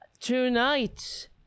Tonight